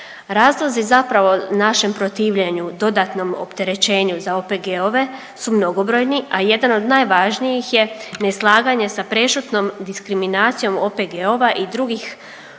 Razlozi zapravo našem protivljenju dodatnom opterećenju za OPG-ove su mnogobrojni, a jedan od najvažnijih neslaganje sa prešutnom diskriminacijom OPG-ova i drugim